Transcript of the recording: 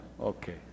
Okay